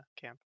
camp